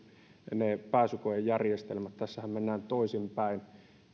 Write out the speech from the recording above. ne pääsykoejärjestelmät tässähän mennään toisinpäin